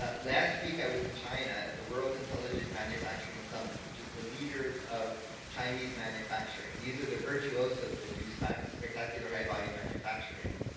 ah last week, i was in china at the world intelligent manufacturing summit, which is the leaders of chinese manufacturing. these are the virtuosos that do spectacular high-volume manufacturing.